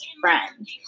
friend